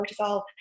cortisol